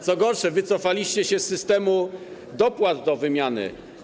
Co gorsza, wycofaliście się z systemu dopłat do wymiany.